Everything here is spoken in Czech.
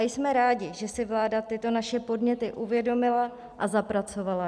Jsme rádi, že si vláda tyto naše podněty uvědomila a zapracovala je.